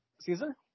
Caesar